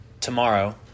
tomorrow